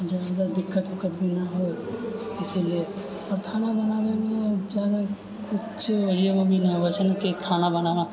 जे एहिमे दिक्कत विक्कत भी नहि होइ इसिलिय आओर खाना बनाबैमे जादा किछु ये वो भी नहि होइ कि खाना बनाना